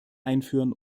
einführen